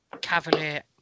cavalier